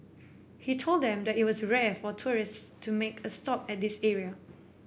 he told them that it was rare for tourists to make a stop at this area